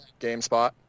GameSpot